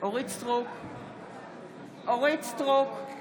מלכה סטרוק,